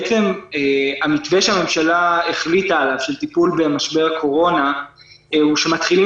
בעצם המתווה שהממשלה החליטה עליו של טיפול במשבר הקורונה הוא שמתחילים